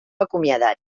acomiadat